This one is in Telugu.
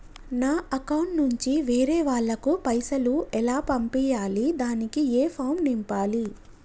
నా అకౌంట్ నుంచి వేరే వాళ్ళకు పైసలు ఎలా పంపియ్యాలి దానికి ఏ ఫామ్ నింపాలి?